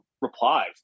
replies